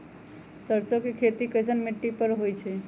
सरसों के खेती कैसन मिट्टी पर होई छाई?